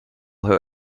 her